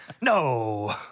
No